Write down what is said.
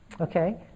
Okay